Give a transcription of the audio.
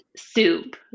soup